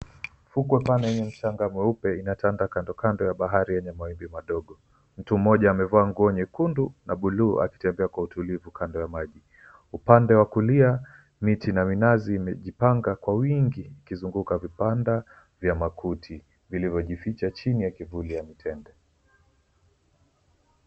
Fukwe pana yenye mchanga mweupe inatanda kandokando ya bahari yenye mawimbi madogo. Mtu mmoja amevaa nguo nyekundu na buluu akitembea kwa utulivu kando ya maji. Upande wa kulia miti na minazi imejipanga kwa wingi ikizunguka vibanda vya makuti vilivyojificha chini ya kivuli ya mitende.